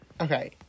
Okay